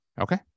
Okay